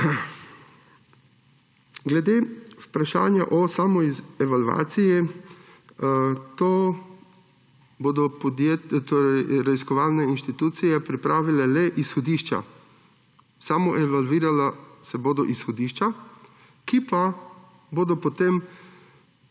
Glede vprašanja o samoevalvaciji, to bodo torej raziskovalne inštitucije pripravile le izhodišča, samoevalvirala se bodo izhodišča, ki pa bodo potem